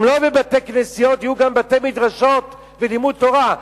אם לא בתי-כנסיות יהיו גם בתי-מדרשות ולימוד תורה,